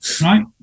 Right